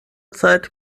zeit